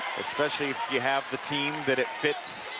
especially if you have the team that it fits.